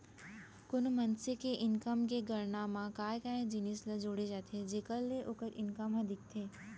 कोनो मनसे के इनकम के गणना म काय काय जिनिस ल जोड़े जाथे जेखर ले ओखर इनकम ह दिखथे?